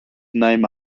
named